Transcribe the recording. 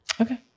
Okay